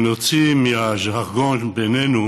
שנוציא מהז'רגון בינינו